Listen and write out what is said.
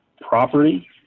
property